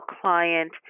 client